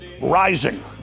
rising